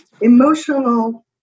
Emotional